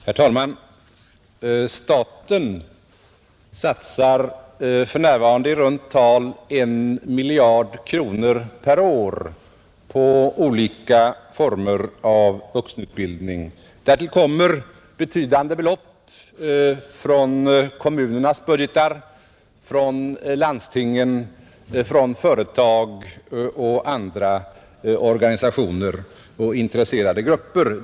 Herr talman! Staten satsar för närvarande i runt tal 1 miljard kronor per år på olika former av vuxenutbildning. Därtill kommer betydande belopp från kommunernas budgeter, från landstingen, från företag och andra organisationer och intresserade grupper.